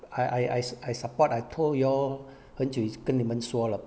I I I sup~ I support I told you all 很久以前跟你们说了